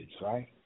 right